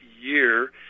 year